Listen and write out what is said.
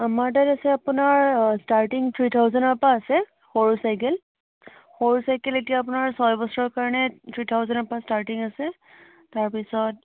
আমাৰ তাত আছে আপোনাৰ ষ্টাৰ্টিং থ্ৰি থাওজেনৰ পৰা আছে সৰু চাইকেল সৰু চাইকেল এতিয়া আপোনাৰ ছয় বছৰৰ কাৰণে থ্ৰি থাওজেনৰ পৰা ষ্টাৰ্টিং আছে তাৰপিছত